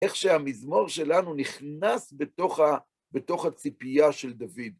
איך שהמזמור שלנו נכנס בתוך הציפייה של דוד.